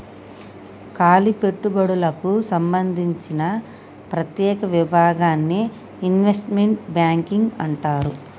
కాలి పెట్టుబడులకు సంబందించిన ప్రత్యేక విభాగాన్ని ఇన్వెస్ట్మెంట్ బ్యాంకింగ్ అంటారు